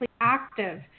active